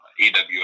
AWS